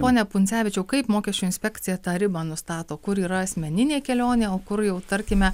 pone pundzevičiau kaip mokesčių inspekcija tą ribą nustato kur yra asmeninė kelionė o kur jau tarkime